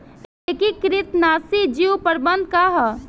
एकीकृत नाशी जीव प्रबंधन का ह?